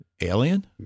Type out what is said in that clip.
alien